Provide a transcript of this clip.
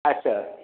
अच्छा